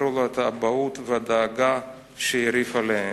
וזכרו לו את האבהות והדאגה שהרעיף עליהם.